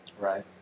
Right